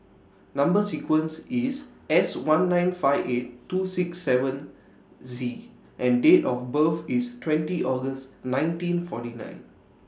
Number sequence IS S one nine five eight two six seven Z and Date of birth IS twenty August nineteen forty nine